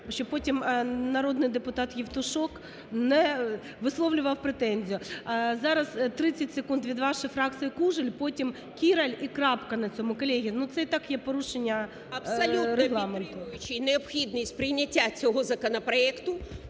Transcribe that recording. щоб потім народний депутат Євтушок не висловлював претензію. Зараз 30 секунд від вашої фракції Кужель. Потім – Кіраль і крапка на цьому. Колеги, це і так є порушення регламенту. 13:05:00 КУЖЕЛЬ О.В. Абсолютно підтримуючи необхідність прийняття цього законопроекту,